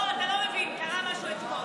לא, אתה לא מבין, קרה משהו אתמול.